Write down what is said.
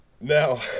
Now